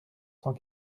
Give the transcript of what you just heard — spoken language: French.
cent